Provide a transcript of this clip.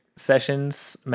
sessions